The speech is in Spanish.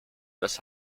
los